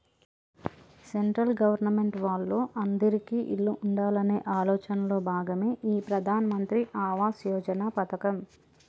central government వాళ్ళు అందిరికీ ఇల్లు ఉండాలనే ఆలోచనలో భాగమే ఈ ప్రధాన్ మంత్రి ఆవాస్ యోజన పథకం